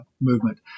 movement